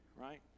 right